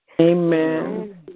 Amen